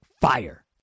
FIRE